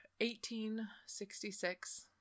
1866